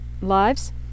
lives